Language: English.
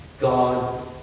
God